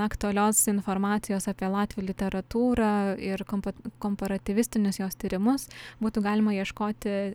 aktualios informacijos apie latvių literatūrą ir kompa komparatyvistinius jos tyrimus būtų galima ieškoti